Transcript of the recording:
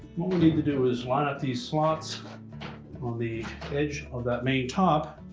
what we need to do is line up these slots on the edge of that main top